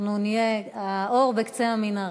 אנחנו נהיה האור בקצה המנהרה.